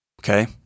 Okay